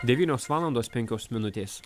devynios valandos penkios minutės